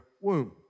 womb